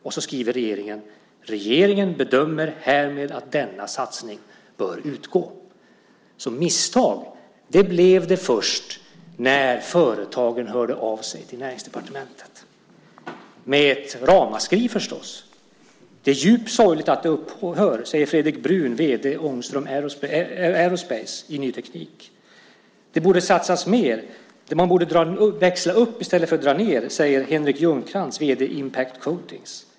Och så skriver regeringen: Regeringen bedömer härmed att denna satsning bör utgå. Misstag blev det alltså först när företagen med ett ramaskri, förstås, hörde av sig till Näringsdepartementet. Det är djupt sorgligt att det upphör, säger Fredrik Bruhn, vd på Ångström Aerospace, i Ny Teknik. Det borde satsas mer. Man borde växla upp i stället för att dra ned, säger Henrik Ljungcrantz, vd på Impact Coatings.